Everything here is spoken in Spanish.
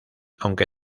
aunque